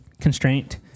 constraint